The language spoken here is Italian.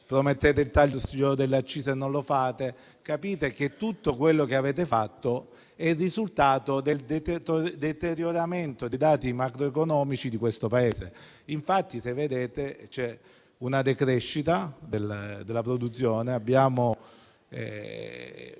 promettete il taglio delle accise e non lo fate, capite che tutto quello che avete fatto è il risultato del deterioramento dei dati macroeconomici di questo Paese. Infatti, se vedete, c'è una decrescita della produzione, abbiamo